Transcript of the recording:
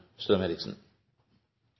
strøm,